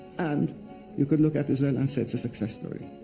and you could look at israel, and say it's a success story.